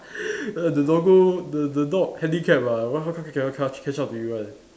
the doggo the the dog handicap ah why c~ c~ cannot catch catch up to you one